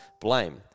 Blame